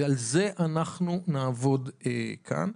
ועל זה אנחנו נעבוד כאן.